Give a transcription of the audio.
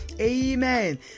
amen